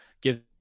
give